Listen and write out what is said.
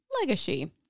Legacy